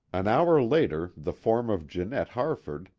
an hour later the form of janette harford,